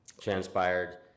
Transpired